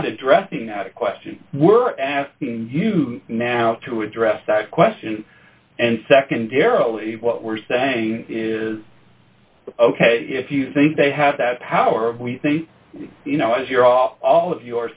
not addressing out of question we're asking you now to address that question and secondarily what we're saying is ok if you think they have that power we think you know as you're off all